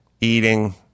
eating